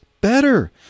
better